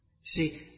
See